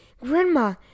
Grandma